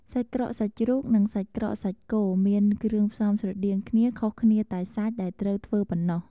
សាច់ក្រកសាច់ជ្រូក និងសាច់ក្រកសាច់គោ មានគ្រឿងផ្សំស្រដៀងគ្នាខុសគ្នាតែសាច់ដែលត្រូវធ្វើប៉ុណ្ណោះ។